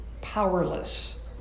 powerless